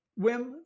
Wim